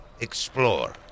explore